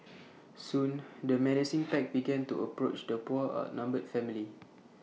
soon the menacing pack began to approach the poor outnumbered family